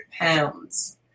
pounds